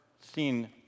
seen